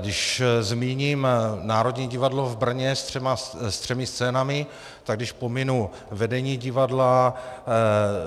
Když zmíním Národní divadlo v Brně s třemi scénami, tak když pominu vedení divadla,